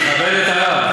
תכבד את הרב.